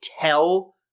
tell